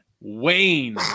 Wayne